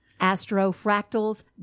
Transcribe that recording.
Astrofractals